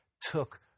took